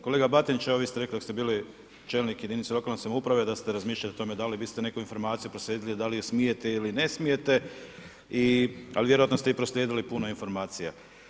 Kolega Batinić, vi ste rekli dok ste bili čelnik jedinica lokalne samouprave da ste razmišljali o tome da li biste neku informaciju proslijedili, da li je smijete ili ne smijete, a vjerojatno ste i proslijedili puno informacija.